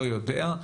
לא יודע,